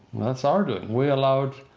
that's our doing. we allowed,